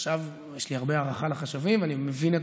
יש לי הרבה הערכה לחשבים ואני מבין את